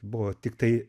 buvo tiktai